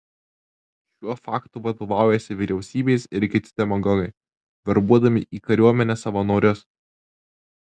šiuo faktu vadovaujasi vyriausybės ir kiti demagogai verbuodami į kariuomenę savanorius